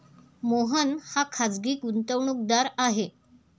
मोहन हा खाजगी गुंतवणूकदार आहे